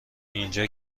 اینجا